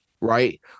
right